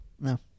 No